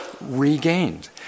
regained